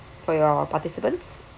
for your participants